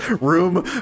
room